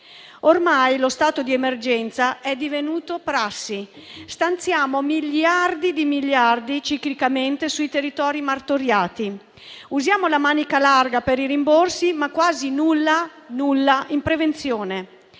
Ormai lo stato di emergenza è divenuto prassi. Stanziamo miliardi e miliardi, ciclicamente, sui territori martoriati; usiamo la manica larga per i rimborsi, ma quasi nulla in prevenzione.